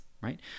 right